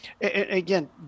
Again